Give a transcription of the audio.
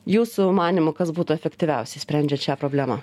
jūsų manymu kas būtų efektyviausia sprendžiant šią problemą